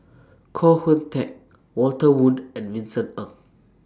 Koh Hoon Teck Walter Woon and Vincent Ng